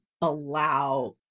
allow